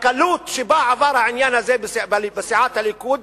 הקלות שבה עבר העניין הזה בסיעת הליכוד